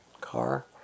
car